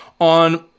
on